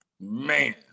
Man